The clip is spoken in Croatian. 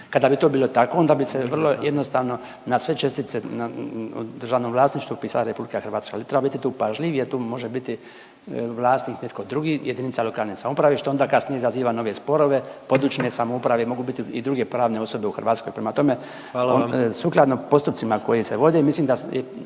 Kada bi to bilo tako onda bi se vrlo jednostavno na sve čestice u državnom vlasništvu upisala Republika Hrvatska. Ali treba tu biti pažljiv, jer tu može biti vlasnik netko drugi, jedinica lokalne samouprave što onda kasnije izaziva nove sporove, područne samouprave mogu biti i druge pravne osobe u Hrvatskoj. Prema tome, … …/Upadica predsjednik: Hvala vam./…